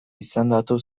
izendatu